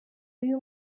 y’uyu